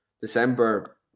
December